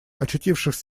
очутившись